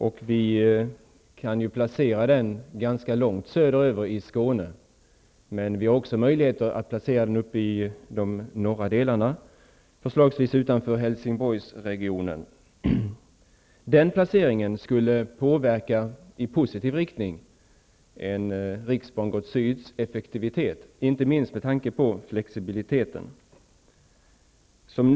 Den kan placeras ganska långt söderut i Skåne, men det är också möjligt att placera riksbangården i någon av de norra delarna av landskapet, förslagsvis i Helsingborgsregionen. En placering i Helsingborgsregionen skulle påverka en riksbangård Syd:s effektivitet i positiv riktning, inte minst med tanke på flexibiliteten.